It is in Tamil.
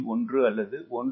1 அல்லது 1